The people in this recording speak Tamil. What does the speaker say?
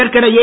இதற்கிடையே